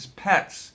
pets